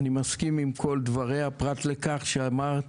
אני מסכים עם כל דבריה פרט לכך שאמרת